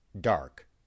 dark